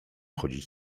chodzić